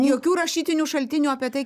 jokių rašytinių šaltinių apie tai